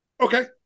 Okay